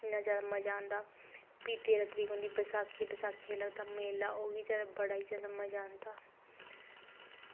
इन्ना जादा मज़ा आंदा फ्ही तेरहां तरीक आंदी बैसाखी ते बैसाखी गी लगदा मेला ते ओह्दे च बड़ा गै जादै मज़ा आंदा